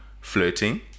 flirting